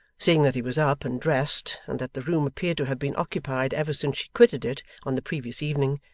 seeing that he was up and dressed, and that the room appeared to have been occupied ever since she quitted it on the previous evening,